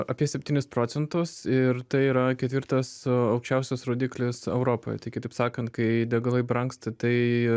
apie septynis procentus ir tai yra ketvirtas aukščiausias rodiklis europoje tai kitaip sakant kai degalai brangsta tai